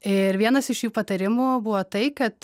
ir vienas iš jų patarimų buvo tai kad